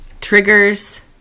triggers